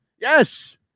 Yes